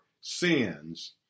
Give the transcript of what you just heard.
sins